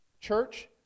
church